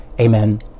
Amen